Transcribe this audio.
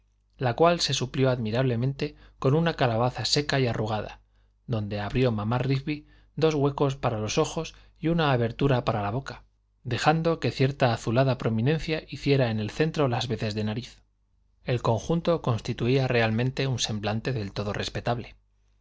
la cual se suplió admirablemente con una calabaza seca y arrugada donde abrió mamá rigby dos huecos para los ojos y una abertura para la boca dejando que cierta azulada prominencia hiciera en el centro las veces de nariz el conjunto constituía realmente un semblante del todo respetable